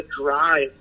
drive